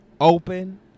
open